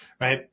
right